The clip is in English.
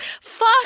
Fuck